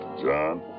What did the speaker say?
John